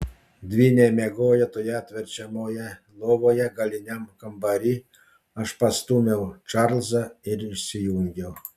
dvyniai miegojo toje atverčiamoje lovoje galiniam kambary aš pastūmiau čarlzą ir išsijungiau